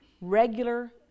regular